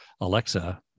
Alexa